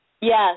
Yes